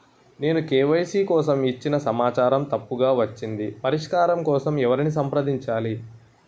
నేను కే.వై.సీ కోసం ఇచ్చిన సమాచారం తప్పుగా వచ్చింది పరిష్కారం కోసం ఎవరిని సంప్రదించాలి?